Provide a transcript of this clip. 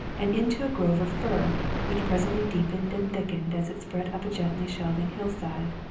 and into a grove of fir which presently deepened and thickened as it spread up a gently shelving hillside.